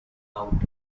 out